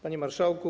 Panie Marszałku!